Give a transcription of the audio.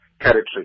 territory